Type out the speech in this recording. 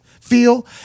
feel